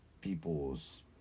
people's